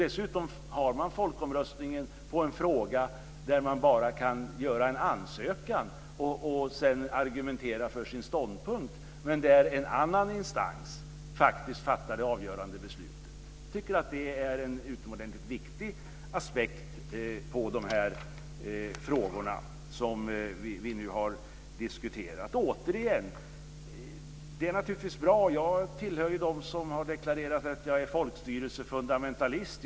Dessutom genomför man folkomröstningen i en fråga där man bara kan göra en ansökan och sedan argumentera för sin ståndpunkt men där det är en annan instans som fattar det avgörande beslutet. Jag tycker att detta är en utomordentligt viktig aspekt på de frågor som vi här har diskuterat. Återigen: Jag tillhör dem som har deklarerat sig som folkstyrelsefundamentalister.